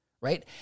right